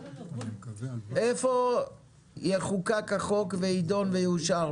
איפה יחוקק החוק, יידון ויאושר?